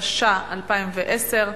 התשע"א 2010,